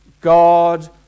God